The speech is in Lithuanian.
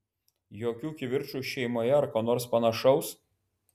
jokių kivirčų šeimoje ar ko nors panašaus